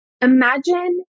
Imagine